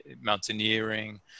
mountaineering